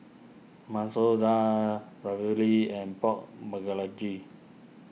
Masoor Dal Ravioli and Pork